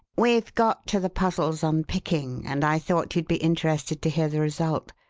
we've got to the puzzle's unpicking, and i thought you'd be interested to hear the result.